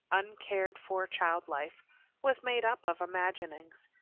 uncared-for child-life was made up of imaginings.